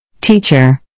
Teacher